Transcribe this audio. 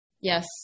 Yes